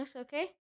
okay